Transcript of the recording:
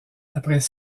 après